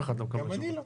גם אני לא.